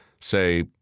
Say